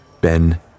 Ben